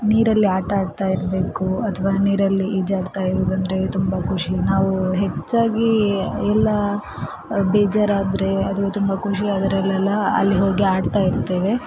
ನೀರಲ್ಲಿ ಆಟಾಡ್ತಾ ಇರಬೇಕು ಅಥವಾ ನೀರಲ್ಲಿ ಈಜಾಡ್ತಾ ಇರುವುದಂದ್ರೆ ತುಂಬ ಖುಷಿ ನಾವು ಹೆಚ್ಚಾಗಿ ಎಲ್ಲ ಬೇಜಾರಾದರೆ ಅಥವಾ ತುಂಬ ಖುಷಿಯಾದ್ರೆಲೆಲ್ಲ ಅಲ್ಲಿ ಹೋಗಿ ಆಡ್ತಾ ಇರ್ತೇವೆ